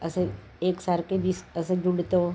असे एकसारखे वीस असं जोडतो